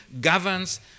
governs